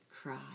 cry